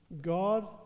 God